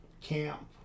camp